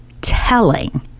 telling